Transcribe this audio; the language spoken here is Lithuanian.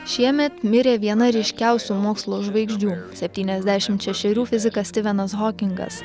šiemet mirė viena ryškiausių mokslo žvaigždžių septyniasdešimt šešerių fizikas stivenas hokingas